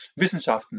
Wissenschaften